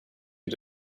you